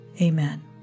Amen